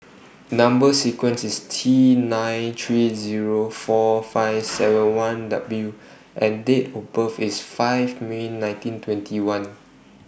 Number sequence IS T nine three Zero four five seven one W and Date of birth IS five May nineteen twenty one